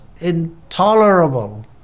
intolerable